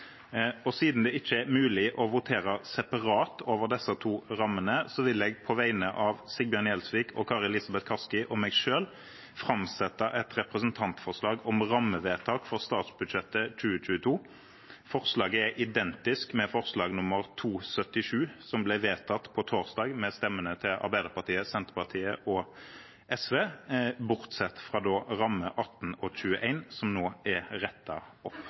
og ramme 21. Siden det ikke er mulig å votere separat over disse to rammene, vil jeg på vegne av Sigbjørn Gjelsvik, Kari Elisabeth Kaski og meg selv framsette et representantforslag om rammevedtak for statsbudsjettet 2022. Forslaget er identisk med forslag nr. 277, som ble vedtatt på torsdag, med stemmene til Arbeiderpartiet, Senterpartiet og SV, bortsett fra rammene 18 og 21, som nå er rettet opp.